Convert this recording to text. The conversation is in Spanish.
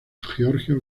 georgia